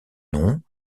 noms